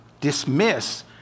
dismiss